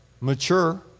mature